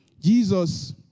Jesus